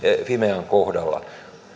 fimean kohdalla